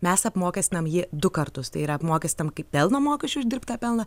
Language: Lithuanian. mes apmokestinam jį du kartus tai yra apmokestinam kaip pelno mokesčiu uždirbtą pelną